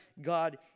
God